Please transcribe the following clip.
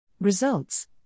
Results